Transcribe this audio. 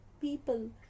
people